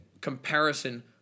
comparison